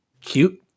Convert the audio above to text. cute